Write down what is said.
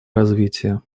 развития